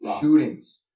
shootings